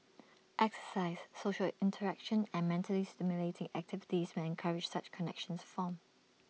exercise social interaction and mentally stimulating activities may encourage such connections to form